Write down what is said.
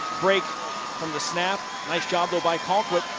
break from the snap. nice job though by colquitt.